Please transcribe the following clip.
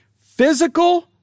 Physical